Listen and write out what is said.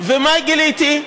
ומה גיליתי?